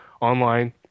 online